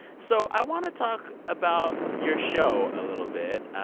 so i want to talk about your show a little bit,